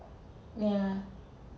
yeah